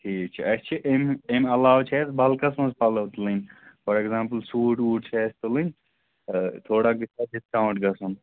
ٹھیٖک چھِ اَسہِ چھِ أمۍ اَمہِ علاوٕ چھِ اَسہِ بَلکَس منٛز پَلَو تُلٕنۍ فار اٮ۪کزامپُل سوٗٹ ووٗٹھ چھِ اَسہِ تُلٕنۍ تہٕ تھوڑا گژھِ ہا ڈِسکاوُنٛٹ گژھُن